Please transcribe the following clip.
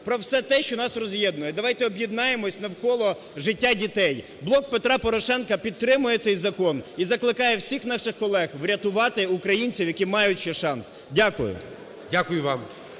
про все те, що нас роз'єднує. Давайте об'єднаємось навколо життя дітей. "Блок Петра Порошенка" підтримує цей закон і закликає всіх наших колег врятувати українців, які мають ще шанс. Дякую. ГОЛОВУЮЧИЙ.